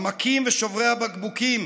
המכים ושוברי הבקבוקים,